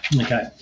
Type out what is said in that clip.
okay